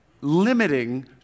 limiting